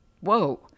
whoa